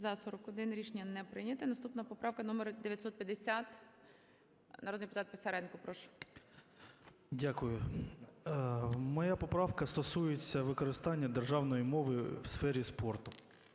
За-41 Рішення не прийнято. Наступна поправка - 950. Народний депутат Писаренко, прошу. 13:04:16 ПИСАРЕНКО В.В. Дякую. Моя поправка стосується використання державної мови у сфері спорту.